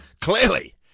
clearly